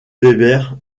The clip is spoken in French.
weber